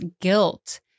guilt